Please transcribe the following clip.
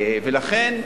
לכן,